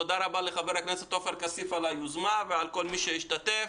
תודה רבה לחבר הכנסת עופר כסיף על היוזמה ולכל מי שהשתתף.